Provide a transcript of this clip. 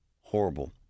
horrible